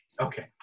Okay